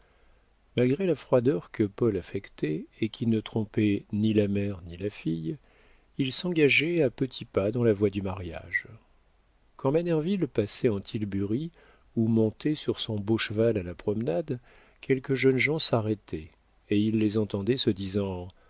malgré la froideur que paul affectait et qui ne trompait ni la mère ni la fille il s'engageait à petits pas dans la voie du mariage quand manerville passait en tilbury ou monté sur son beau cheval à la promenade quelques jeunes gens s'arrêtaient et il les entendait se disant